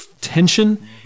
tension